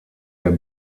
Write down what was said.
der